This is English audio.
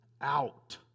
out